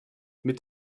mit